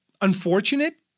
unfortunate